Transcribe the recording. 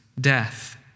death